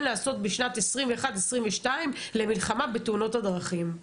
לעשות בשנת 2021-2022 למלחמה בתאונות הדרכים.